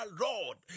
Lord